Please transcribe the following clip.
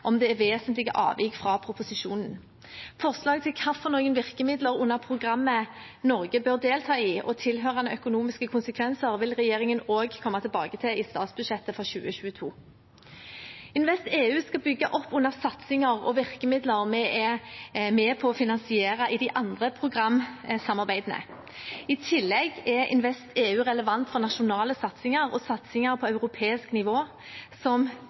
om det er vesentlige avvik fra proposisjonen. Forslag til hvilke virkemidler under programmet Norge bør delta i og tilhørende økonomiske konsekvenser, vil regjeringen også komme tilbake til i statsbudsjettet for 2022. InvestEU skal bygge opp under satsinger og virkemidler vi er med på å finansiere i de andre programsamarbeidene. I tillegg er InvestEU relevant for nasjonale satsinger og satsinger på europeisk nivå, som